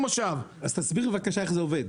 אז תסביר לי בבקשה איך זה עובד.